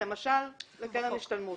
למשל לקרן השתלמות,